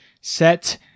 set